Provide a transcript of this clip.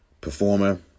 performer